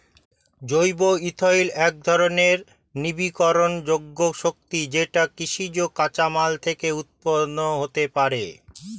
জৈব ইথানল একধরণের নবীকরণযোগ্য শক্তি যেটি কৃষিজ কাঁচামাল থেকে উৎপন্ন হতে পারে